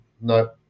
No